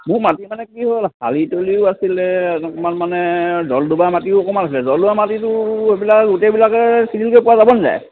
মোৰ মাটি মানে কি হ'ল শালিতলিও আছিলে অলপমান মানে দলডোবা মাটিও অকণমান আছিলে দলডোবা মাটিটো এইবিলাক গোটেইবিলাকে চিজিলকৈ পোৱা যাব নাযায়